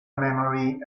memory